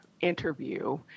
interview